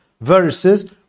verses